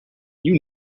you